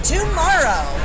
Tomorrow